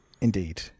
Indeed